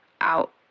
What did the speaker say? out